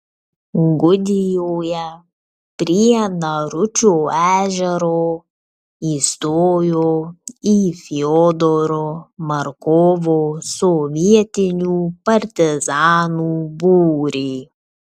gudijoje prie naručio ežero įstojo į fiodoro markovo sovietinių partizanų būrį